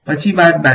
પછી બાદબાકી